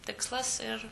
tikslas ir